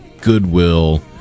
goodwill